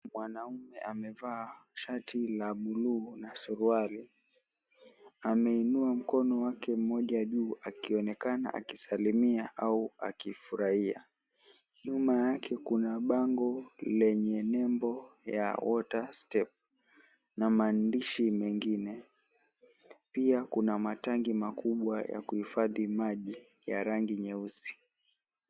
Mwanaume amevaa shati la bluu na suruali. Ameinua mkono wake mmoja juu akionekana akisalimia au akifurahia. Nyuma yake kuna bango lenye nembo ya water step na maandishi mengine. Pia kuna matangi makubwa ya kuhifadhi maji ya rangi nyeusi.